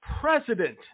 President